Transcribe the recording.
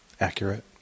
accurate